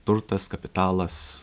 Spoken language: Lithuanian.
turtas kapitalas